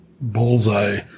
bullseye